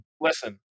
listen